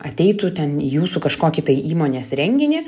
ateitų ten į jūsų kažkokį tai įmonės renginį